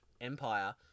Empire